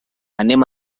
anem